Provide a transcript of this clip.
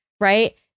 right